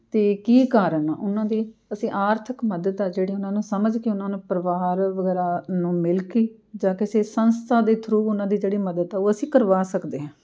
ਅਤੇ ਕੀ ਕਾਰਨ ਆ ਉਹਨਾਂ ਦੇ ਅਸੀਂ ਆਰਥਿਕ ਮਦਦ ਆ ਜਿਹੜੀ ਉਹਨਾਂ ਨੂੰ ਸਮਝ ਕੇ ਉਹਨਾਂ ਨੂੰ ਪਰਿਵਾਰ ਵਗੈਰਾ ਨੂੰ ਮਿਲ ਕੇ ਜਾਂ ਕਿਸੇ ਸੰਸਥਾ ਦੇ ਥਰੂ ਉਹਨਾਂ ਦੀ ਜਿਹੜੀ ਮਦਦ ਆ ਉਹ ਅਸੀਂ ਕਰਵਾ ਸਕਦੇ ਹਾਂ